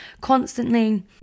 constantly